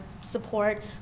support